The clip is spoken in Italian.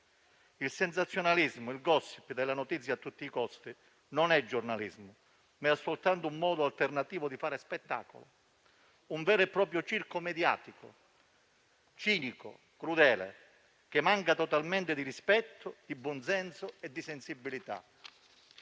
Il sensazionalismo e il *gossip* della notizia a tutti i costi non sono giornalismo, ma soltanto un modo alternativo di fare spettacolo, un vero e proprio circo mediatico, cinico e crudele, che manca totalmente di rispetto, di buonsenso e di sensibilità.